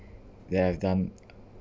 that I've done